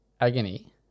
Agony